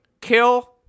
kill